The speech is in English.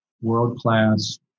world-class